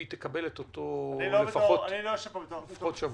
והיא תקבל לפחות עוד שבוע.